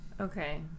Okay